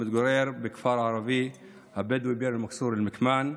המתגורר בכפר הערבי הבדואי ביר אל-מכסור אל-מקמאן.